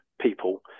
people